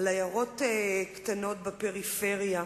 משפחות רב-בעייתיות,